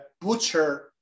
butcher